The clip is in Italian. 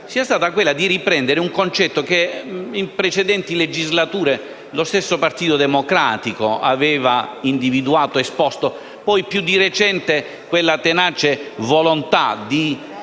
sia stata riprendere un concetto che in precedenti legislature lo stesso Partito Democratico aveva individuato ed esposto. Poi, di recente, quella tenace volontà di